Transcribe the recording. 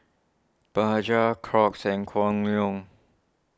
Bajaj Crocs and Kwan Loong